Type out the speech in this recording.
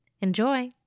Enjoy